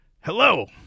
Hello